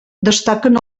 destaquen